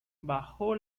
bajo